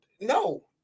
no